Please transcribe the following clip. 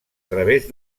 través